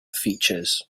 features